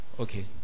Okay